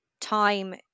time